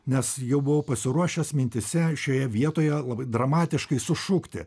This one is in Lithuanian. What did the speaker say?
nes jau buvau pasiruošęs mintyse šioje vietoje labai dramatiškai sušukti